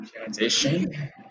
Transition